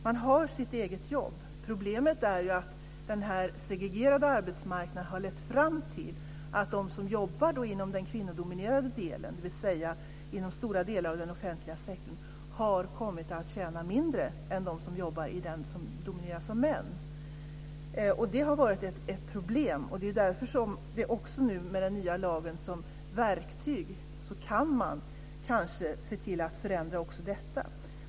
Man har ett eget jobb. Problemet är ju att den segregerade arbetsmarknaden har lett fram till att de som jobbar inom den kvinnodominerade delen, dvs. inom stora delar av den offentliga sektorn, tjänar mindre än de som jobbar i en sektor som domineras av män. Det har varit ett problem, och det är därför som man nu med den nya lagen som verktyg kan se till att förändra också detta.